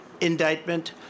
indictment